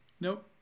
Nope